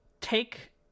take